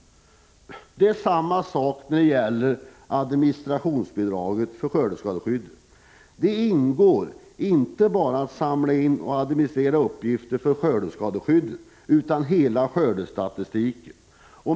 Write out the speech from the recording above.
Det är samma sak när det gäller administrationsbidraget för skördeskadeskyddet. I det här arbetet ingår inte bara att samla in och administrera uppgifter för skördeskadeskyddet utan också att föra hela skördestatistiken.